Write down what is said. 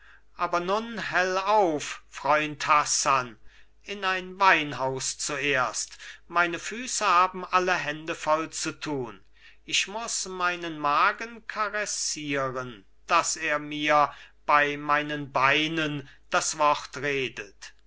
aber nun hell auf freund hassan in ein weinhaus zuerst meine füße haben alle hände voll zu tun ich muß meinen magen karessieren daß er mir bei meinen beinen das wort